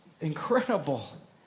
incredible